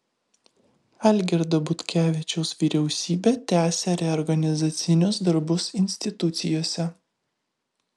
algirdo butkevičiaus vyriausybė tęsią reorganizacinius darbus institucijose